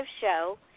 show